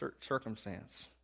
circumstance